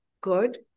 good